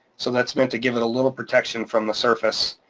so that's meant to give it a little protection from the surface,